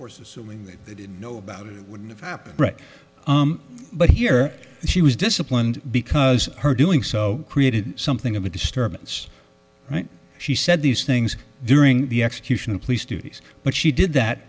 assuming that they didn't know about it it wouldn't have happened but here she was disciplined because her doing so created something of a disturbance she said these things during the execution of police duties but she did that